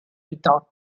without